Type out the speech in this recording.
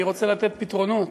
אני רוצה לתת פתרונות.